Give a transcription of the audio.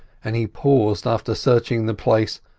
and he paused, after searching the place,